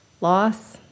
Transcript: loss